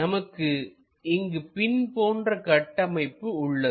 நமக்கு இங்கு பின் போன்ற கட்டமைப்பு உள்ளது